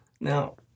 Now